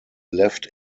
left